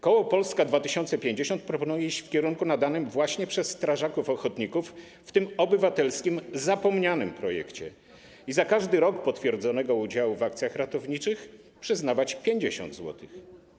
Koło Polska 2050 proponuje iść w kierunku nadanym właśnie przez strażaków ochotników w tym obywatelskim, zapomnianym projekcie i za każdy rok potwierdzonego udziału w akcjach ratowniczych przyznawać 50 zł.